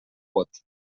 vot